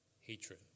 hatred